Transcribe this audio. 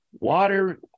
water